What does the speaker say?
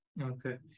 Okay